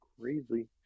crazy